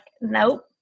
nope